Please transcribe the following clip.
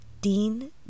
Dean